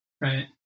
Right